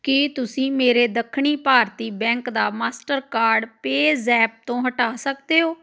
ਕੀ ਤੁਸੀਂਂ ਮੇਰੇ ਦੱਖਣੀ ਭਾਰਤੀ ਬੈਂਕ ਦਾ ਮਾਸਟਰਕਾਰਡ ਪੇਅਜ਼ੈਪ ਤੋਂ ਹਟਾ ਸਕਦੇ ਹੋਓ